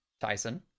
Tyson